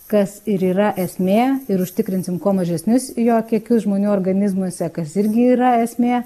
kas ir yra esmė ir užtikrinsim kuo mažesnius jo kiekius žmonių organizmuose kas irgi yra esmė